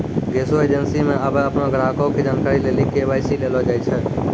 गैसो एजेंसी मे आबे अपनो ग्राहको के जानकारी लेली के.वाई.सी लेलो जाय छै